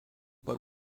but